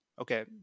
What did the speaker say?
okay